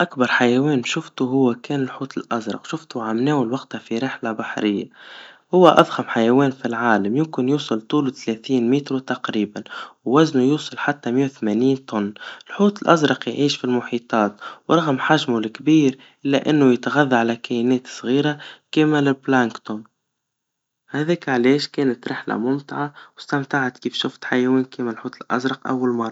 أكبر حيوان شفته هوا كان الحوت الأزرق, شفته عمناول وقتها في رحلا بحريا, هوا اضخم حيوان في العالم, يمكن يوصل طوله تلاتين متر تقريباً, وزنه يوصل حتى ميا وثمانين طن, الحوت الأزرق يعيش في المحيطات, ورغم حجمه الكبير, إلا إنه يتغذى على كائنات صغيرا, كيما البلانكتون, هذيك علاش كانت رحلا ممتعا, واستمتعت كيف شوفت حيوان كيما الحوت الأزرق أول مرا.